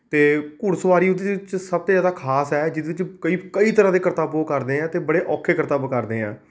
ਅਤੇ ਘੋੜ ਸਵਾਰੀ ਉਹਦੇ 'ਚ ਸਭ ਤੋਂ ਜ਼ਿਆਦਾ ਖਾਸ ਹੈ ਜਿਹਦੇ 'ਚ ਕਈ ਕਈ ਤਰ੍ਹਾਂ ਦੇ ਕਰਤੱਬ ਉਹ ਕਰਦੇ ਹੈ ਅਤੇ ਬੜੇ ਔਖੇ ਕਰਤੱਬ ਕਰਦੇ ਹੈ